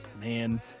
Man